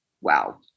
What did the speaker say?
wow